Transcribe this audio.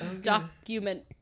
Document